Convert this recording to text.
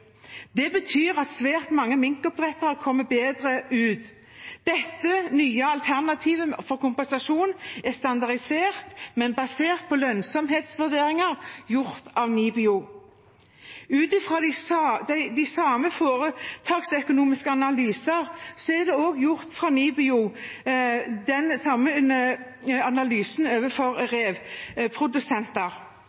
Det betyr at svært mange minkoppdrettere kommer bedre ut. Dette nye alternativet for kompensasjon er standardisert, men basert på lønnsomhetsvurderinger gjort av NIBIO. Ut fra de samme foretaksøkonomiske analyser er det også fra NIBIO gjort den samme analysen overfor